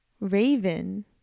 Raven